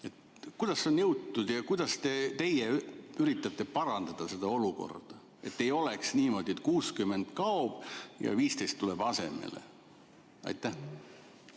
Kuidas on selleni jõutud ja kuidas teie üritate parandada seda olukorda, et ei oleks niimoodi, et 60 kaob ja 15 tuleb asemele? Hea